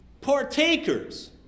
partakers